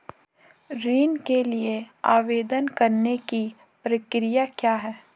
ऋण के लिए आवेदन करने की प्रक्रिया क्या है?